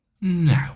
No